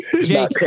jake